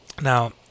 now